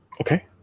Okay